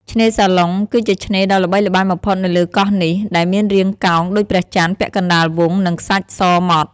ឆ្នេរសាឡុង គឺជាឆ្នេរដ៏ល្បីល្បាញបំផុតនៅលើកោះនេះ ដែលមានរាងកោងដូចព្រះច័ន្ទពាក់កណ្ដាលវង់ និងខ្សាច់ ស ម៉ដ្ឋ។